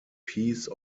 piece